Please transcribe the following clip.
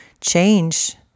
change